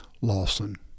Lawson